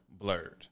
Blurred